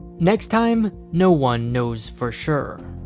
next time, no one knows for sure.